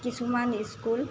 কিছুমান স্কুল